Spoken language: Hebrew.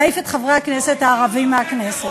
להעיף את חברי הכנסת הערבים מהכנסת.